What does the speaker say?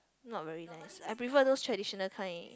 not very nice I prefer those traditional kind